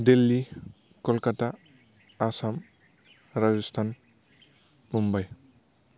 Delhi Kolkata Assam Rajasthan Mumbai